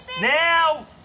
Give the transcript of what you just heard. Now